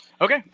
Okay